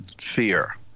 fear